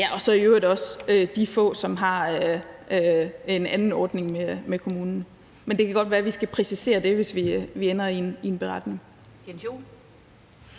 og så i øvrigt også de få, som har en anden ordning med kommunen. Men det kan godt være, at vi skal præcisere det, hvis vi ender i en beretning.